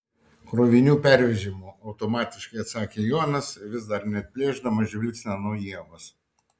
krovinių pervežimu automatiškai atsakė jonas vis dar neatplėšdamas žvilgsnio nuo ievos